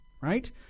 right